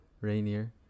Rainier